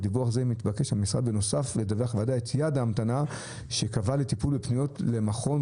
בנוסף מתבקש המשרד לדווח על יעד ההמתנה שקבע לטיפול בפניות למכון,